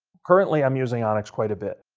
currently i'm using onyx quite a bit.